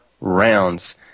rounds